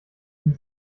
ihn